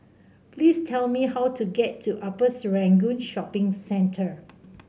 please tell me how to get to Upper Serangoon Shopping Center